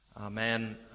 Amen